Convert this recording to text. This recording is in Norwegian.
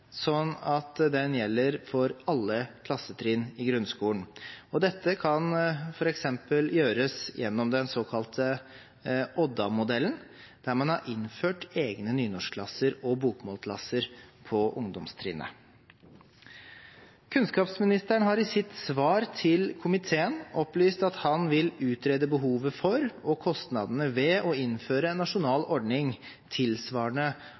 at den gjelder for alle klassetrinn i grunnskolen. Dette kan f.eks. gjøres gjennom den såkalte Odda-modellen, der man har innført egne nynorskklasser og bokmålsklasser på ungdomstrinnet. Kunnskapsministeren har i sitt svar til komiteen opplyst at han vil utrede behovet for og kostnadene ved å innføre en nasjonal ordning tilsvarende